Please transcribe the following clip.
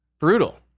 Brutal